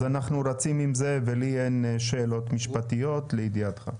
אנחנו רצים עם זה ולי אין שאלות משפטיות לידיעתך.